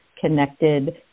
connected